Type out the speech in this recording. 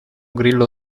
grillo